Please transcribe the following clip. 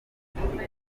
bamuhaye